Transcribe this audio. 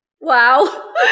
Wow